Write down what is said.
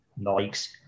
likes